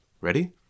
Ready